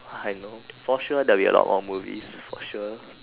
I know for sure there will be a lot more movies for sure